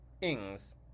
Ings